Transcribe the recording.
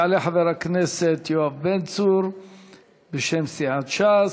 יעלה חבר הכנסת יואב בן צור בשם סיעת ש"ס,